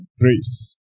grace